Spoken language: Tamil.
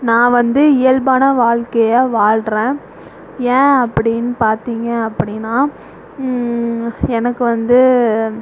நான் வந்து இயல்பான வாழ்க்கையை வாழ்கிறேன் ஏன் அப்படின்னு பார்த்தீங்க அப்படின்னா எனக்கு வந்து